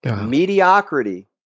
Mediocrity